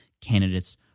candidates